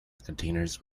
containers